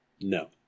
No